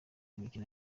imikino